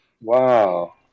Wow